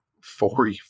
four